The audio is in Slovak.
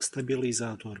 stabilizátor